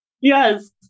Yes